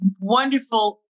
wonderful